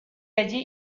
allí